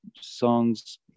songs